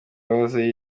yahoze